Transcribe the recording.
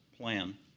plan